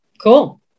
cool